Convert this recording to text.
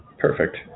Perfect